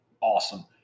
awesome